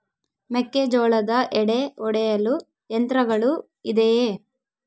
ಮೆಕ್ಕೆಜೋಳದ ಎಡೆ ಒಡೆಯಲು ಯಂತ್ರಗಳು ಇದೆಯೆ?